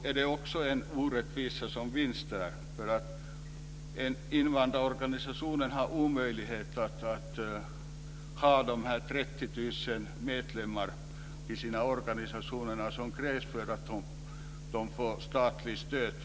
Alla pensionärsorganisationer kan omöjligen organisera de 30 000 medlemmar som krävs för att de ska få statligt stöd.